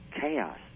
Chaos